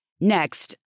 Next